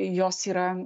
jos yra